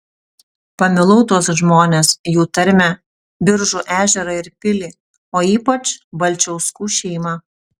pamilau tuos žmones jų tarmę biržų ežerą ir pilį o ypač balčiauskų šeimą